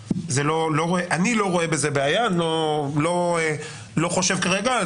אני לא רואה בזה בעיה, לא חושב כרגע.